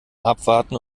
abwarten